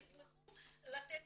נמצאים שם; לעשות